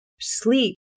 sleep